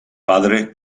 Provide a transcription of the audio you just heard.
padre